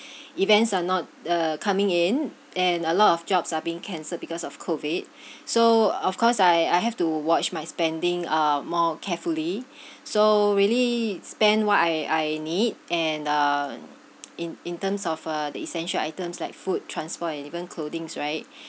events are not uh coming in and a lot of jobs are being cancel because of COVID so of course I I have to watch my spending uh more carefully so really spend what I I need and uh in in terms of uh the essential items like food transport and even clothings right